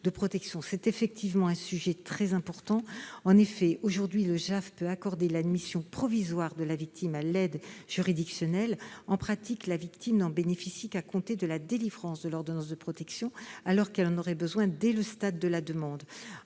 C'est effectivement un sujet très important. En effet, aujourd'hui le juge aux affaires familiales peut accorder l'admission provisoire de la victime à l'aide juridictionnelle. En pratique la victime n'en bénéficie qu'à compter de la délivrance de l'ordonnance de protection, alors qu'elle en aurait besoin dès le stade de la demande.